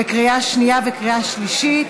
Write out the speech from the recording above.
בקריאה שנייה ובקריאה שלישית.